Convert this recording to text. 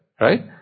right